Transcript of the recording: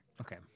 Okay